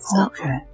Okay